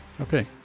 Okay